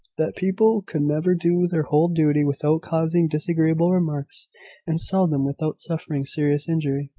that people could never do their whole duty without causing disagreeable remarks and seldom without suffering serious injury.